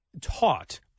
taught